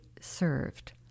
served